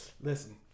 listen